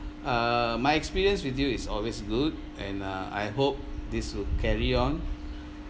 uh my experience with you it's always good and uh I hope this will carry on